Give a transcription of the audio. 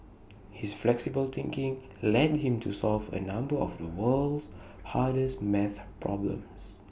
his flexible thinking led him to solve A number of the world's hardest math problems